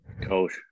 Coach